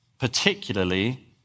particularly